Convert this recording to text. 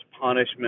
punishment